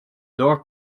north